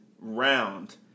round